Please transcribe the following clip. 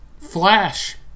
Flash